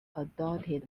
adopted